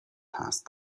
past